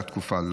באותה תקופה.